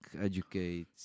educate